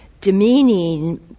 demeaning